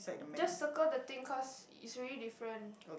just circle the thing cause it's really different